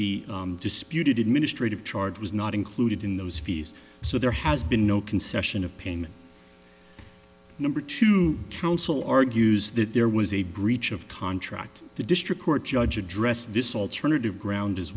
the disputed administrative charge was not included in those fees so there has been no concession of payment number two counsel argues that there was a breach of contract the district court judge addressed this alternative ground as